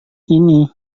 ini